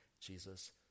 Jesus